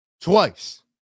Twice